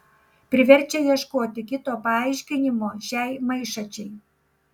priverčia ieškoti kito paaiškinimo šiai maišačiai